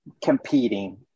competing